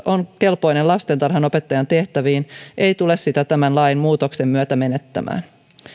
on kelpoinen lastentarhanopettajan tehtäviin ei tule kelpoisuutta tämän lainmuutoksen myötä menettämään